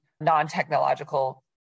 non-technological